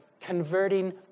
converting